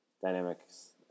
dynamics